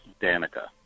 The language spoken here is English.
Danica